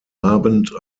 abend